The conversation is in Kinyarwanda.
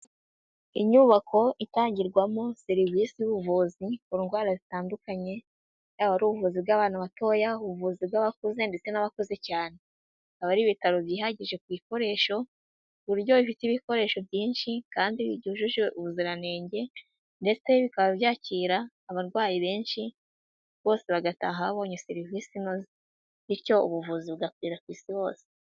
Inyubako itangirwamo serivisi z'ubuvuzi ku ndwara zitandukanye, yaba ari ubuvuzi bw'abana batoya, ubuvuzi bw'abakuze, ndetse n'abakuze cyane. Aba ari ibitaro byihagije ku ikoresho, kuburyo bifite ibikoresho byinshi kandi byujuje ubuziranenge, ndetse bikaba byakira abarwayi benshi, bose bagataha babonye serivisi inoze. Bityo ubuvuzi bugakwira ku isi hose.